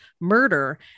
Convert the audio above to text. murder